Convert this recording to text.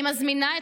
אני מזמינה אתכם,